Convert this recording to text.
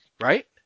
Right